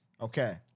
Okay